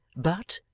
but,